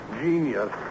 genius